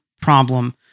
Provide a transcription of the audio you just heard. problem